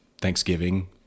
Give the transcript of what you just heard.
Thanksgiving